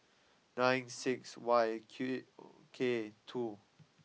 nine six Y Q K two